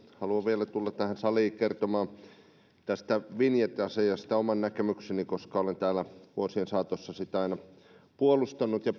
haluan vielä tulla tähän saliin kertomaan vinjettiasiasta oman näkemykseni koska olen täällä vuosien saatossa sitä aina puolustanut ja